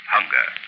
Hunger